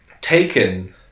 taken